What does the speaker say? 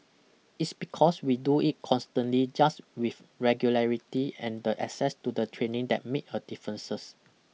its because we do it constantly just with regularity and the access to the training that make a differences